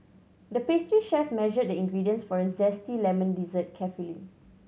the pastry chef measured the ingredients for a zesty lemon dessert carefully